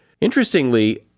Interestingly